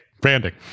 branding